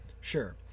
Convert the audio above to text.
sure